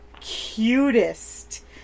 cutest